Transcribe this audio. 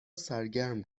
سرگرم